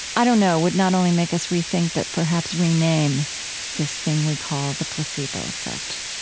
i don't know, would not only make us rethink, but perhaps rename this thing we call the placebo effect?